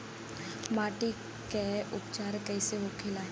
माटी के उपचार कैसे होखे ला?